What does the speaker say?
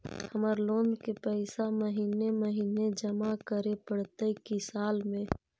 हमर लोन के पैसा महिने महिने जमा करे पड़तै कि साल में?